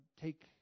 take